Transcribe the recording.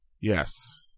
Yes